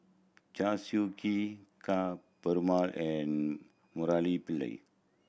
Chew Swee Kee Ka Perumal and Murali Pillai